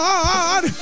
God